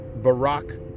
Barack